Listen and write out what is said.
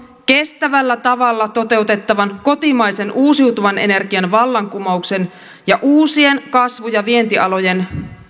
kestävällä tavalla toteutettavan kotimaisen uusiutuvan energian vallankumouksen ja uusien kasvu ja vientialojen